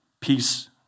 peace